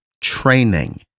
training